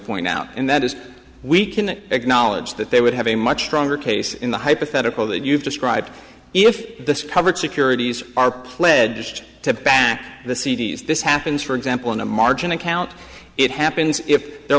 point out and that is we can acknowledge that they would have a much stronger case in the hypothetical that you've described if the covered securities are pledged to back the c d s this happens for example in a margin account it happens if there are